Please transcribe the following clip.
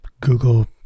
Google